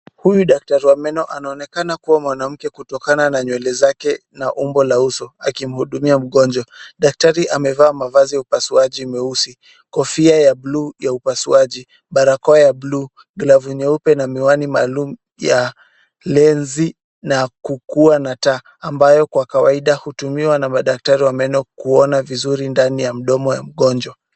Huyu daktari wa meno anaonekana kuwa mwanamke kutokana na nywele zake na umbo la uso, akimuhudumia mgonjwa. Daktari amevaa mavazi ya upasuaji meusi kofia ya buluu ya upasuaji, barakoa ya buluu, glavu nyeupe na miwani maalum ya lensi na ya kukuwa na taa, ambayo kwa kawaida hutumiwa na madaktari wa meno kuona vizuri ndani ya meno ya mgonjwa.